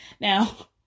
Now